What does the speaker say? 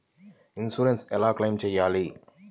Insurance ఎలా claim చేయాలి?